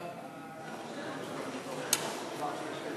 חוק הביטוח הלאומי (תיקון מס'